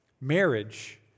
Marriage